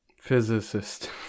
Physicist